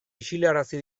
isilarazi